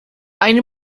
eine